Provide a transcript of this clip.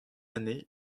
année